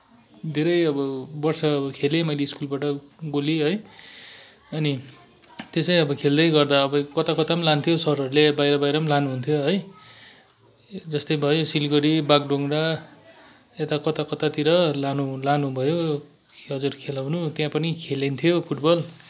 धेरै अब वर्ष खेले मैले स्कुलबाट गोली है अनि त्यसै अब खेल्दै गर्दा अब कता कता पनि लानुहुन्थ्यो सरहरूले बाहिर बाहिर पनि लानुहुन्थ्यो है जस्तै भयो सिलगढी बाघडुङ्ग्रा यता कता कतातिर लानु लानुभयो हजुर खेलाउनु त्यहाँ पनि खेलिन्थ्यो फुटबल